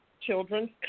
children's